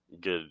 good